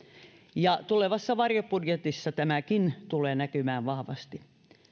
ja tulevassa varjobudjetissa tämäkin tulee näkymään vahvasti